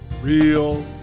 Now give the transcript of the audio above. real